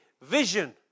vision